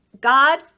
God